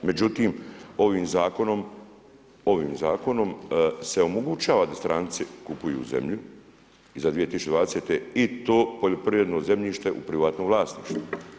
Međutim, ovim zakonom se omogućava da stranci kupuju zemlju iza 2020. i to poljoprivredno zemljište u privatnom vlasništvu.